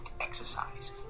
exercise